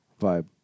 vibe